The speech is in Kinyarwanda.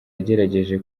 yagerageje